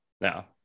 now